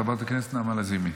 חברת הכנסת נעמה לזימי,